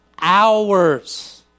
Hours